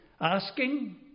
asking